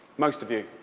most of you.